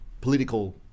political